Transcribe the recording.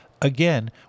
again